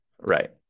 Right